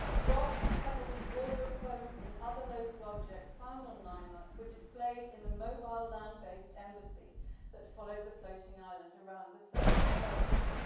rocks, pebbles, walrus bones, and other local objects found on naima were displayed in the mobile land based embassy that followed the floating island around the south coast.